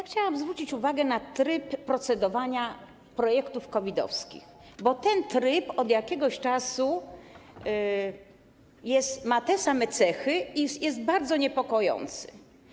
Chciałabym zwrócić uwagę na tryb procedowania nad projektami COVID-owskimi, bo ten tryb od jakiegoś czasu ma te same cechy i jest bardzo niepokojący.